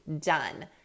done